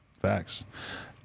Facts